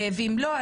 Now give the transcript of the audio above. ואם לא,